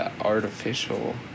artificial